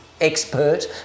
expert